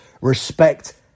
respect